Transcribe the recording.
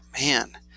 man